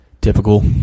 Typical